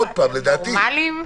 תגידו, אתם נורמליים?